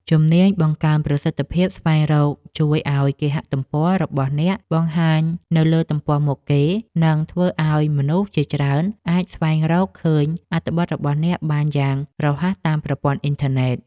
ជំនាញបង្កើនប្រសិទ្ធភាពស្វែងរកជួយឱ្យគេហទំព័ររបស់អ្នកបង្ហាញនៅទំព័រមុខគេ និង ធ្វើឱ្យមនុស្សជាច្រើនអាចស្វែងរកឃើញអត្ថបទរបស់អ្នកបានយ៉ាងរហ័សតាមប្រព័ន្ធអ៊ីនធឺណិត។